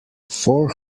four